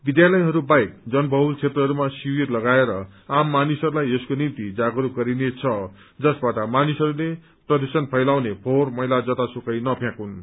विध्यातयहरू बाहेक जन बहुल क्षेत्रहरूमा शिविर लगाएर आम मानिसहरूलाई यसको निम्ति जागरूक गरिनेछ जसबाट मानिसहरूले प्रदूषण फैलाउने फोहोर मैला जतासुकै नफ्याँकुन्